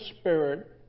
Spirit